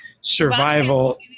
survival